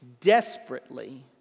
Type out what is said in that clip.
desperately